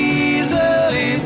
easily